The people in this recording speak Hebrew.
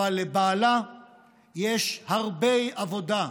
אבל לבעלה יש הרבה עבודה.